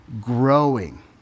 Growing